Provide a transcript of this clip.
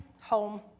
home